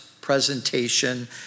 presentation